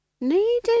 Needed